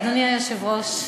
אדוני היושב-ראש,